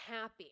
happy